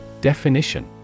Definition